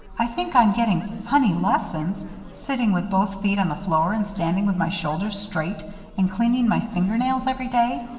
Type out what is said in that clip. i think i'm getting funny lessons sitting with both feet on the floor and standing with my shoulders straight and cleaning my finger nails every day,